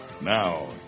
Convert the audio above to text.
Now